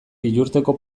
biurteko